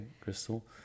Crystal